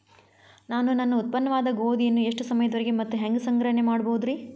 ನಾನು ನನ್ನ ಉತ್ಪನ್ನವಾದ ಗೋಧಿಯನ್ನ ಎಷ್ಟು ಸಮಯದವರೆಗೆ ಮತ್ತ ಹ್ಯಾಂಗ ಸಂಗ್ರಹಣೆ ಮಾಡಬಹುದುರೇ?